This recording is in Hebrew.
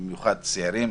במיוחד צעירים,